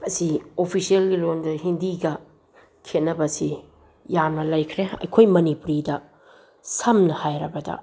ꯑꯁꯤ ꯑꯣꯐꯤꯁꯦꯜꯒꯤ ꯂꯣꯟꯗ ꯍꯤꯟꯗꯤꯒ ꯈꯦꯠꯅꯕꯁꯤ ꯌꯥꯝꯅ ꯂꯩꯈ꯭ꯔꯦ ꯑꯩꯈꯣꯏ ꯃꯅꯤꯄꯨꯔꯤꯗ ꯁꯝꯅ ꯍꯥꯏꯔꯕꯗ